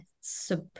sub